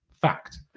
Fact